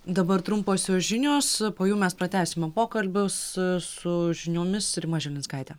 dabar trumposios žinios o po jų mes pratęsime pokalbius su žiniomis rima žilinskaitė